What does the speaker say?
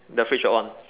the fridge will on